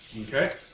Okay